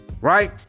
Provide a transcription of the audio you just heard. Right